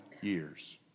years